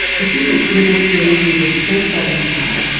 the city where this delusion was first identified.